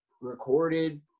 recorded